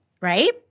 right